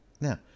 Now